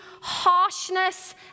harshness